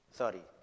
sorry